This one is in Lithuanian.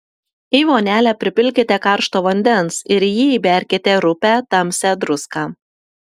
į vonelę pripilkite karšto vandens ir į jį įberkite rupią tamsią druską